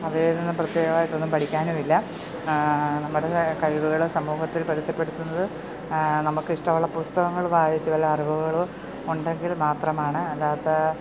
അവയിൽ നിന്നും പ്രത്യേകമായിട്ടൊന്നും പഠിക്കാനുമില്ല നമ്മുടെ കഴിവുകള് സമൂഹത്തിൽ പരസ്യപ്പെടുത്തുന്നത് നമുക്ക് ഇഷ്ടമുള്ള പുസ്തകങ്ങൾ വായിച്ച് വല്ല അറിവുകളോ ഉണ്ടെങ്കിൽ മാത്രമാണ് അല്ലാത്ത